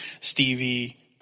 stevie